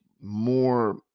more